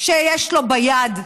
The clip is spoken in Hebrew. שיש לו ביד.